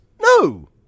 No